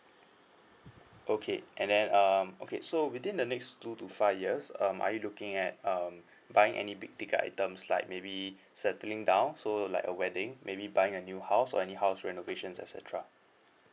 okay and then um okay so within the next two to five years um are you looking at um buying any big ticket items like maybe settling down so like a wedding maybe buying a new house or any house renovations et cetera